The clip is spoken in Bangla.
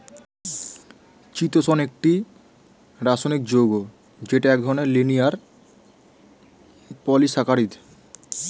চিতোষণ একটি রাসায়নিক যৌগ যেটা এক ধরনের লিনিয়ার পলিসাকারীদ